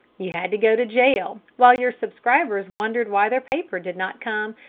you had to go to jail, while your subscribers wondered why their paper did not come,